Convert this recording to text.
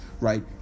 right